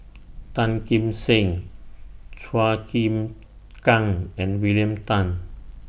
Tan Kim Seng Chua Chim Kang and William Tan